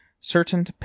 certain